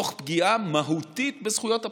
תוך פגיעה מהותית בזכויות הפרט.